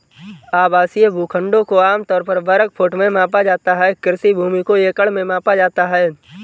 आवासीय भूखंडों को आम तौर पर वर्ग फुट में मापा जाता है, कृषि भूमि को एकड़ में मापा जाता है